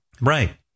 Right